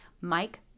Mike